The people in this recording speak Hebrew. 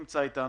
לא נמצא.